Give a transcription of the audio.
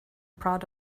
proud